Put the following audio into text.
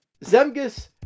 Zemgus